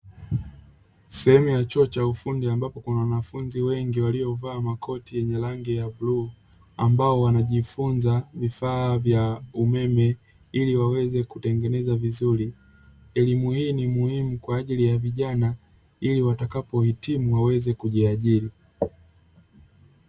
Sehemu ya chuo cha ufundi ambapo kuna wanafunzi wengi waliovaa makoti yenye rangi ya bluu, ambao wanajifunza vifaa vya umeme ili waweze kutengeneza vizuri. Elimu hii ni muhimu kwa ajili ya vijana ili watakapohitimu waweze kujiajiri.